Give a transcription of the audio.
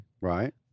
Right